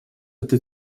этой